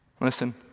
Listen